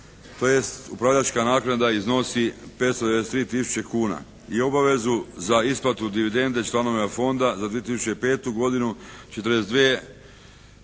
tj. upravljačka naknada iznosi 593 tisuće kuna i obavezu za isplatu dividende članovima fonda za 2005. godinu 42